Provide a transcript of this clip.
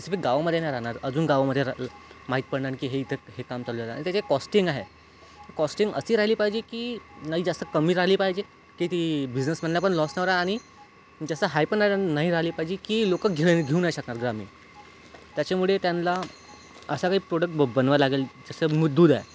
specific गावामध्ये नाही राहणार अजून गावामध्ये र् माहीत पडणार की हे इथे हे काम चालू झालं आहे आणि त्याचं एक कॉस्टिंग आहे कॉस्टिंग अशी राहिली पाहिजे की ना ही जास्त कमी राहिली पाहिजे की ती बिजनेसमॅनला पण लॉस नाही होणार आणि जास्त हाय पण ना नाही राहिली पाहिजे की लोकं घेऊ नाही शकणार ग्रामीण त्याच्यामुळे त्यांना असा काही प्रोडक्ट बनवायला लागेल जसं दूध आहे